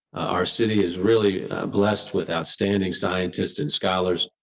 our city is really blessed with outstanding scientists and scholars.